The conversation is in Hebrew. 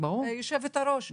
היושבת-ראש,